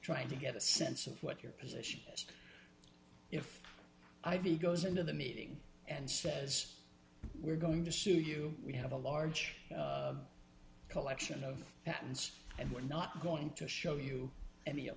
trying to get a sense of what your position is if i v goes into the meeting and says we're going to sue you we have a large collection of patents and we're not going to show you any